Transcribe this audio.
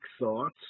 thoughts